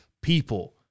people